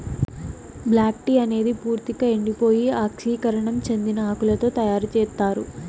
black tea అనేది పూర్తిక ఎండిపోయి ఆక్సీకరణం చెందిన ఆకులతో తయారు చేత్తారు